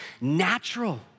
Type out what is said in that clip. natural